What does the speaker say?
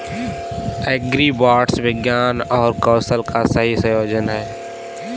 agribots विज्ञान और कौशल का सही संयोजन हैं